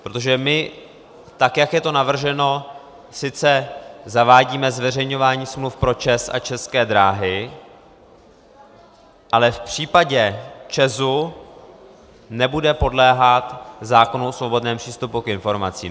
Protože my, tak jak je to navrženo, sice zavádíme zveřejňování smluv pro ČEZ a České dráhy, ale v případě ČEZu nebude podléhat zákonu o svobodném přístupu k informacím.